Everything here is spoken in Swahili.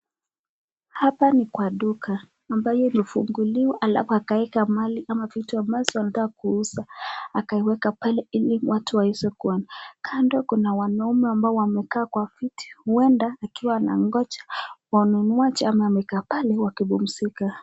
Hapa ni kwa duka ambalo lilifunguliwa, alafu akaweka mali au vitu ambazo anataka kuuza, akaiweka pale ili watu waweze kuona. Kando kuna wanaume ambao wamekaa kwa kiti, huenda wakiwa wanangoja wanunuaji ama wakiwa wanakaa pale wakipumzika.